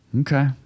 Okay